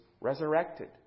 resurrected